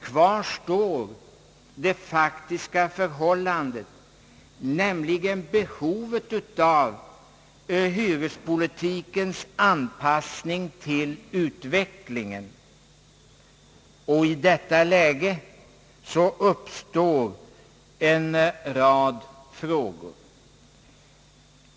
Kvar står det faktiska förhållandet, nämligen behovet av hyrespolitikens anpassning till utvecklingen, och i detta läge uppstår en rad frågor.